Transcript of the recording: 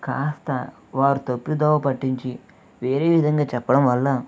కాస్తా వారు తప్పుదోవ పట్టించి వేరే విధంగా చెప్పడం వల్ల